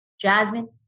Jasmine